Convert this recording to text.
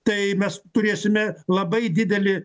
tai mes turėsime labai didelį